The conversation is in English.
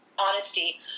honesty